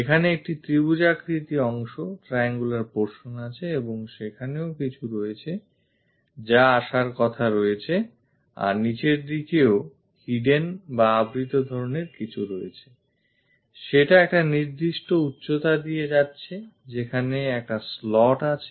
এখানে একটি ত্রিভূজাকৃতি অংশ triangular portion আছে এবং সেখানেও কিছু রয়েছে যা আসার কথা রয়েছে আর নিচের দিকেও hidden বা আবৃত ধরনের কিছু রয়েছে সেটা একটা নির্দিষ্ট উচ্চতা দিয়ে যাচ্ছে যেখানে একটা slot আছে